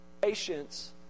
Patience